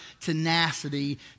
tenacity